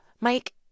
Mike